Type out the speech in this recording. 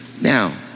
Now